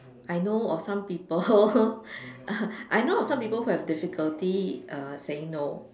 I know of some people I know of some people who have difficulty err saying no